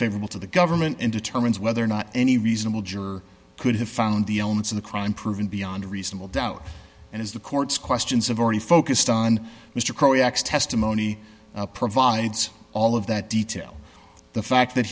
favorable to the government and determines whether or not any reasonable juror could have found the elements of the crime proven beyond reasonable doubt and as the courts questions of already focused on mr crawley acts testimony provides all of that detail the fact that